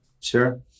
Sure